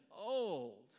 old